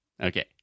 Okay